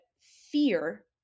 fear